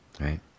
right